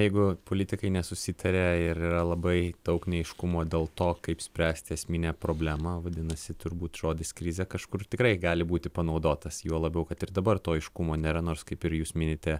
jeigu politikai nesusitaria ir yra labai daug neaiškumo dėl to kaip spręsti esminę problemą vadinasi turbūt žodis krizė kažkur tikrai gali būti panaudotas juo labiau kad ir dabar to aiškumo nėra nors kaip ir jūs minite